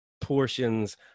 portions